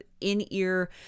In-ear